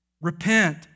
Repent